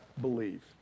believe